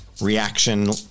Reaction